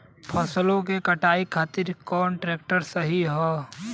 फसलों के कटाई खातिर कौन ट्रैक्टर सही ह?